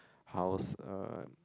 house uh